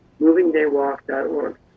movingdaywalk.org